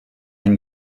une